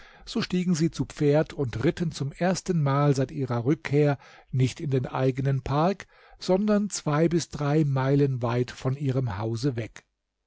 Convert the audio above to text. so stiegen sie zu pferd und ritten zum erstenmal seit ihrer rückkehr nicht in den eigenen park sondern zwei bis drei meilen weit von ihrem hause weg